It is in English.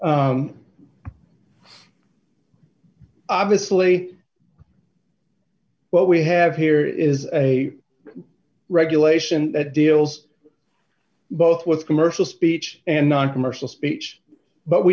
obviously what we have here is a regulation that deals both with commercial speech and noncommercial speech but we